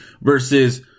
versus